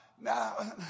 now